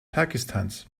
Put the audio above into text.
pakistans